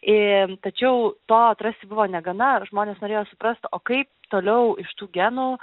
ir tačiau to atrasi buvo negana žmonės norėjo suprast o kaip toliau iš tų genų